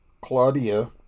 Claudia